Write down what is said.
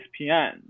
ESPN